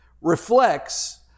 reflects